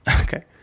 okay